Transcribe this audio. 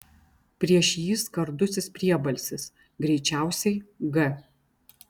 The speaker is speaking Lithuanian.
prieš jį skardusis priebalsis greičiausiai g